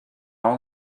all